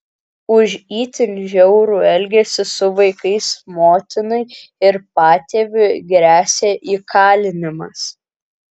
už itin žiaurų elgesį su vaikais motinai ir patėviui gresia įkalinimas